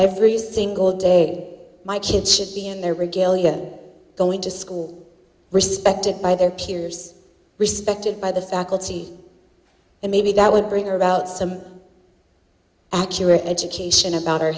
every single day my kids should be in their regalia going to school respected by their peers respected by the faculty and maybe that would bring about some accurate education about our